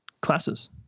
classes